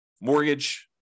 mortgage